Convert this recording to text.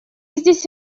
здесь